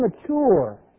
mature